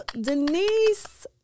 Denise